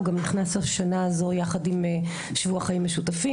הוא גם נכנס השנה הזו יחד עם שבוע חיים משותפים,